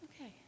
Okay